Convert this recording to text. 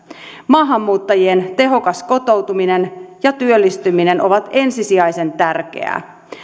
maahanmuuttajien tehokas kotoutuminen ja työllistyminen on ensisijaisen tärkeää